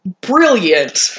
brilliant